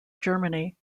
germany